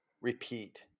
repeat